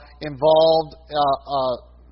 involved